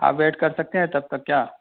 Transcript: آپ ویٹ کر سکتے ہیں تب تک کیا